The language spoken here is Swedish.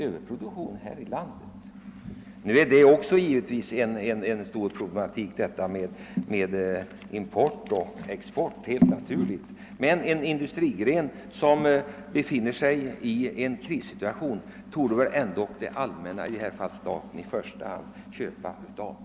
Det ligger givetvis en stor del av problematiken i förhållandet mellan export och import, men en industrigren som befinner sig i en krissituation, borde det allmänna — i detta fall staten — i första hand köpa av.